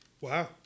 Wow